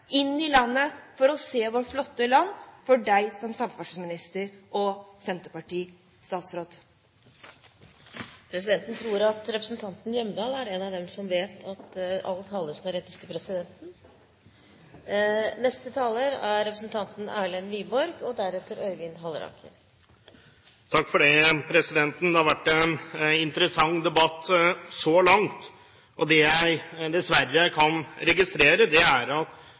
inn i landet for å se vårt flotte land, for deg som samferdselsminister og senterpartistatsråd? Presidenten tror at representanten Hjemdal er en av dem som vet at all tale skal rettes til presidenten. Det har vært en interessant debatt så langt, og det jeg dessverre kan registrere, er